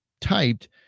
typed